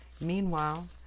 Meanwhile